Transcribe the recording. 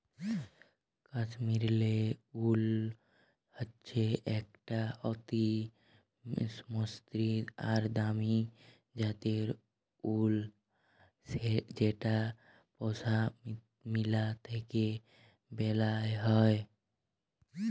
কাশ্মীরলে উল হচ্যে একট অতি মসৃল আর দামি জ্যাতের উল যেট পশমিলা থ্যাকে ব্যালাল হয়